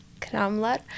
Kramlar